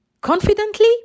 confidently